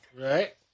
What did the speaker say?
Right